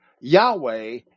Yahweh